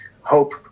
hope